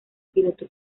piloto